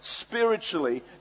spiritually